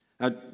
Now